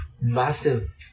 massive